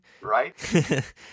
right